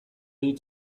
dut